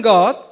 God